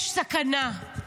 יש סכנה.